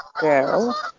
girl